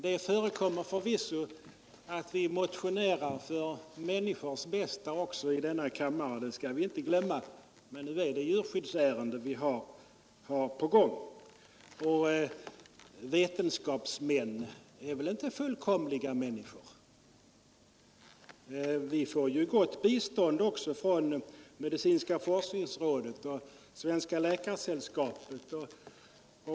Det förekommer förvisso att vi också motionerar för människors bästa i denna kammare. Men nu råkar det vara djurskyddsärenden som vi diskuterar. Vetenskapsmännen är väl inte fullkomliga människor. Vi får ju gott bistånd även från statens medicinska forskningsråd och Svenska läkaresällskapet.